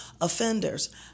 offenders